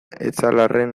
etxalarren